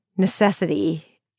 necessity